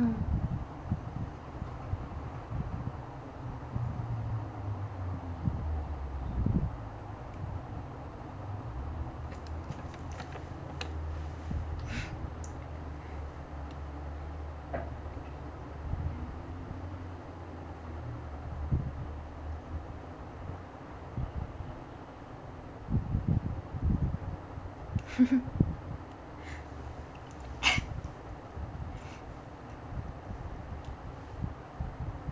mm